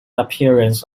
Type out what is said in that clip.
appearance